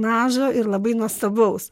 mažo ir labai nuostabaus